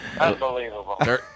Unbelievable